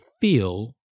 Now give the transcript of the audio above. feel